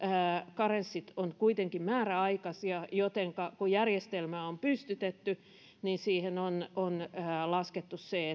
karenssit ovat kuitenkin määräaikaisia jotenka kun järjestelmä on pystytetty niin siihen on on laskettu se